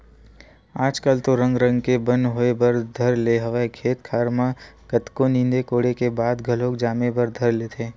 आजकल तो रंग रंग के बन होय बर धर ले हवय खेत खार म कतको नींदे कोड़े के बाद घलोक जामे बर धर लेथे